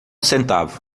centavo